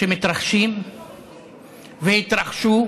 שמתרחשים והתרחשו.